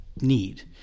need